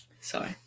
Sorry